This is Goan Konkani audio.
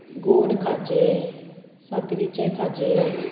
गोड खाजे साकरीचे खाजें